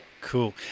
Cool